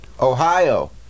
Ohio